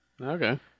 Okay